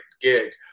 gig